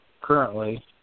currently